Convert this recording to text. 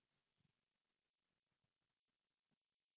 which like publication